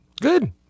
Good